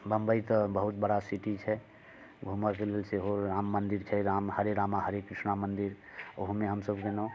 बंबइ तऽ बहुत बड़ा सिटी छै घूमऽके लऽ सेहो राम मंदिर छै हरे रामा हरे कृष्णा मंदिर ओहोमे हमसब गेलहुँ